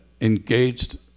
engaged